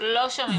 לא שומעים.